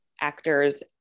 actors